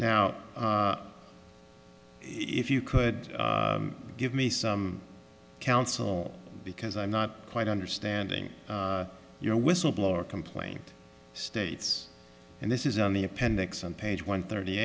now if you could give me some counsel because i'm not quite understanding your whistleblower complaint states and this is on the appendix on page one thirty